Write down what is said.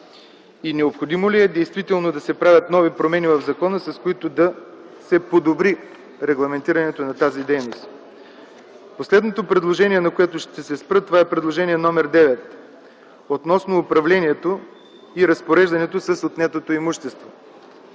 Необходимо ли е действително да се правят нови промени в закона, с които да се подобри регламентирането на тази дейност? Последното предложение, на което ще се спра, е предложение номер девет относно управлението и разпореждането с отнетото имущество.